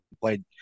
played